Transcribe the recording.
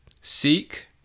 Seek